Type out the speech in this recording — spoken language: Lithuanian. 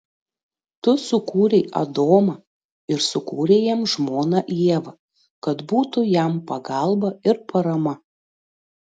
tu sukūrei adomą ir sukūrei jam žmoną ievą kad būtų jam pagalba ir parama